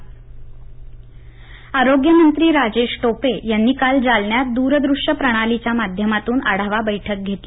जालना रूग्णालय आरोग्यमंत्री राजेश टोपे यांनी काल जालन्यात द्र दृश्य प्रणालीच्या माध्यमातून आढावा बैठक घेतली